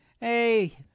hey